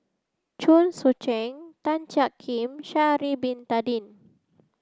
Chen Sucheng Tan Jiak Kim Sha'ari Bin Tadin